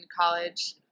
college